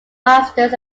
masters